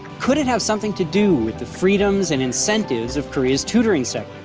could it have something to do with the freedoms and incentives of korea's tutoring sector?